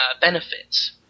benefits